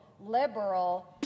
liberal